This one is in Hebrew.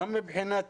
גם מבחינת